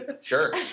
Sure